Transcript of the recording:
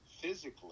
physically